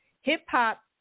hip-hop